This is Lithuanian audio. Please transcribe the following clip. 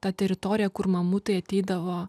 ta teritorija kur mamutai ateidavo